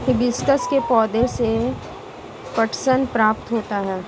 hibiscus के पौधे से पटसन प्राप्त होता है